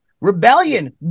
rebellion